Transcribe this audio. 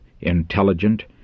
intelligent